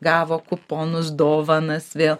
gavo kuponus dovanas vėl